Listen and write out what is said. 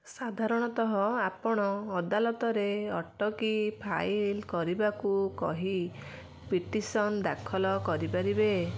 ସାଧାରଣତଃ ଆପଣ ଅଦାଲତରେ ଅଟକି ଫାଇଲ୍ କରିବାକୁ କହି ପିଟିସନ୍ ଦାଖଲ କରିପାରିବେ